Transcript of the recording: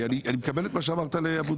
אני מקבל את מה שאמרת לאבוטבול.